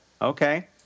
okay